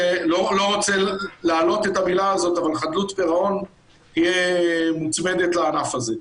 רוצה להעלות את המילה הזאת אבל חדלות פירעון תהיה מוצמדת לענף הזה.